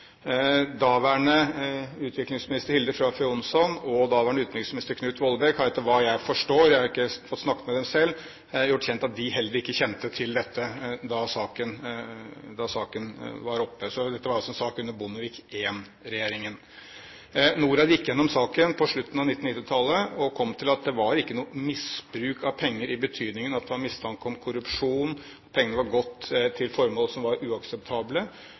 Daværende utviklingsminister Hilde Frafjord Johnson og daværende utenriksminister Knut Vollebæk har etter hva jeg forstår – jeg har ikke fått snakket med dem selv – gjort kjent at heller ikke de kjente til dette da saken var oppe. Dette var altså en sak under Bondevik I-regjeringen. Norad gikk gjennom saken på slutten av 1990-tallet og kom til at det var ikke noe misbruk av penger i den betydning at det var mistanke om korrupsjon, at pengene hadde gått til formål som var uakseptable.